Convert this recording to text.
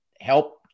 help